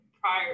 prior